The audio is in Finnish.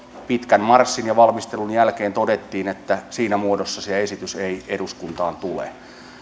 pitkän marssin ja valmistelun jälkeen todettiin että siinä muodossa se esitys ei eduskuntaan tule